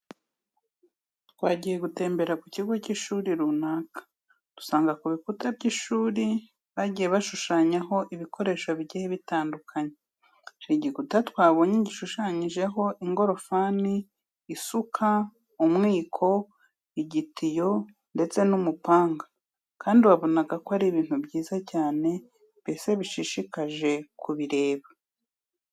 Twagiye gutemberera ku kigo cy'ishuri runaka, dusanga ku bikuta by'ishuri bagiye bashushanyaho ibikoresho bigiye bitandukanye. Hari igikuta twabonye gishushanyijeho ingorofani, isuka, umwiko, igitiyo ndetse n'umupanga kandi wabonaga ko ari ibintu byiza cyane, mbese bishishikaje kubireba.